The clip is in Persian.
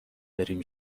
بریم